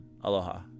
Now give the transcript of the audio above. aloha